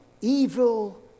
evil